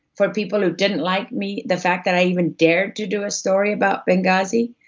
for people that didn't like me, the fact that i even dared to do a story about benghazi,